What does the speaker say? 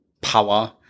power